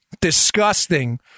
disgusting